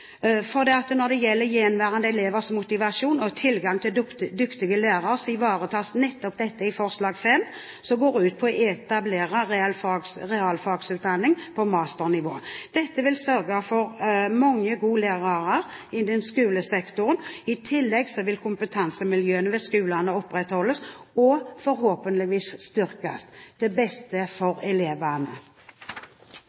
Når det gjelder gjenværende elevers motivasjon og tilgang på dyktige lærere, så ivaretas nettopp dette i forslag nr. 5, som går ut på å etablere realfagutdanning på masternivå. Dette vil sørge for mange gode lærere innen skolesektoren. I tillegg vil kompetansemiljøene ved skolene opprettholdes og forhåpentlig styrkes til beste for